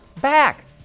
back